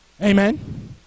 Amen